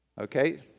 Okay